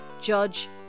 judge